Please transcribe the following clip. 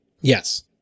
yes